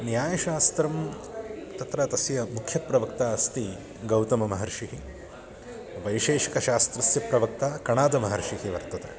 न्यायशास्त्रं तत्र तस्य मुख्यप्रवक्ता अस्ति गौतममहर्षिः वैशेषिकशास्त्रस्य प्रवक्ता कणादमहर्षिः वर्तते